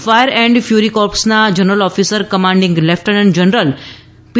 fire and fury કોર્પ્સના general officer commanding lieutenant general પી